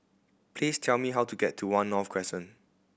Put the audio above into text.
please tell me how to get to One North Crescent